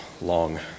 long